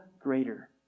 greater